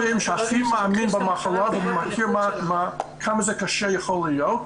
--- רופאים שהכי מאמינים במחלה ומכיר כמה קשה זה יכול להיות.